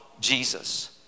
Jesus